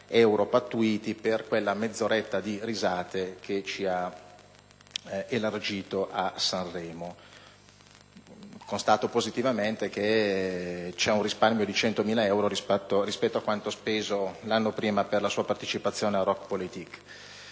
euro pattuiti per quella mezz'oretta di risate elargita a Sanremo. Constato positivamente che c'è un risparmio di 100.000 euro rispetto a quanto speso l'anno prima per la sua partecipazione alla